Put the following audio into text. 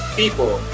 people